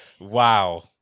wow